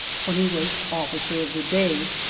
when he was officer of the day.